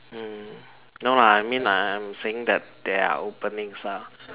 mm no lah I mean I'm saying that there are openings lah